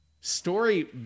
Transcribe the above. Story